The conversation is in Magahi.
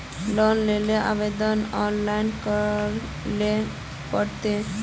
लोन लेले आवेदन ऑनलाइन करे ले पड़ते?